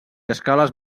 escales